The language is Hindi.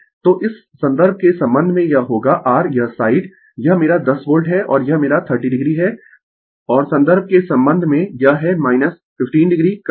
तो इस संदर्भ के संबंध में यह होगा r यह साइड यह मेरा 10 वोल्ट है और यह मेरा 30 o है और संदर्भ के संबंध में यह है 15 o करंट